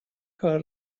کار